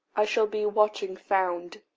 i shall be watching found.